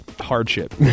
hardship